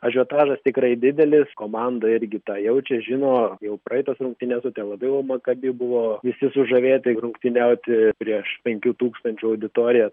ažiotažas tikrai didelis komanda irgi tą jaučia žino jau praeitos rungtynės su tel avivo maccabi buvo visi sužavėti rungtyniauti prieš penkių tūkstančių auditoriją